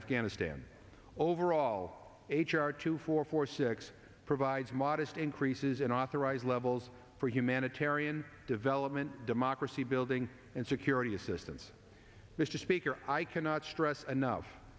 afghanistan overall h r two four four six provides modest increases in authorized levels for humanitarian development democracy building and security assistance mr speaker i cannot stress enough